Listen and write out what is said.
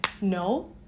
No